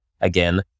again